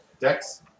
Dex